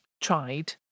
tried